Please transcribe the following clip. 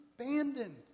abandoned